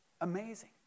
Amazing